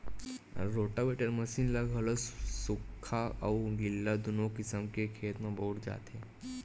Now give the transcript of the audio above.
rotavator machine ल घलो सुख्खा अउ गिल्ला दूनो किसम के खेत म बउरे जाथे